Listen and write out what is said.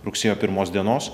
rugsėjo pirmos dienos